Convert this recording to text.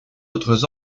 autres